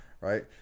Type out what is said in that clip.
right